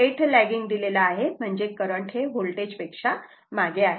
8 lagging दिलेला आहे म्हणजे करंट होल्टेज पेक्षा मागे आहे